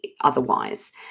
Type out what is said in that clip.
otherwise